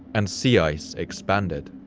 and sea ice expanded.